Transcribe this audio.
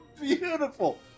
Beautiful